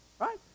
right